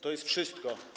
To jest wszystko.